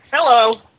Hello